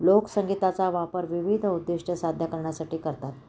लोकसंगीताचा वापर विविध उद्दिष्ट्य साध्य करण्यासाठी करतात